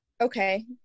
okay